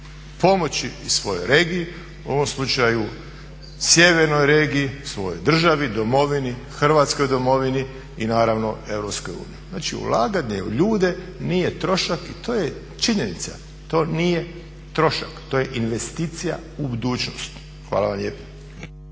pomoći i svojoj regiji, u ovom slučaju sjevernoj regiji, svojoj državi, domovini, Hrvatskoj domovini i naravno Europskoj uniji. Znači ulaganje u ljude nije trošak i to je činjenica. To nije trošak, to je investicija u budućnost. Hvala lijepo.